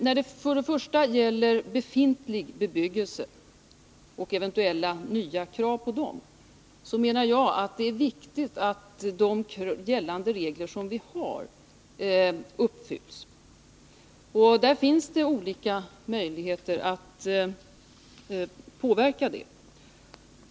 För det första, när det gäller befintlig bebyggelse och eventuellt nya krav på den, anser jag att det är viktigt att de regler uppfylls som vi redan har. Där finns det olika möjligheter att påverka detta.